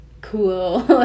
cool